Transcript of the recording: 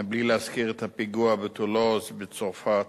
מבלי להזכיר את הפיגוע בטולוז, בצרפת,